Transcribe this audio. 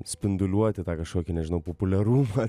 spinduliuoti tą kažkokį nežinau populiarumą